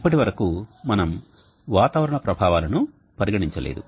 ఇప్పటి వరకు మనం వాతావరణ ప్రభావాలను పరిగణించలేదు